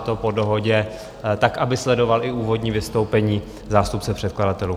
Je to po dohodě, tak aby sledoval i úvodní vystoupení zástupce předkladatelů.